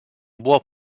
bois